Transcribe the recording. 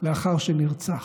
לאחר שנרצח.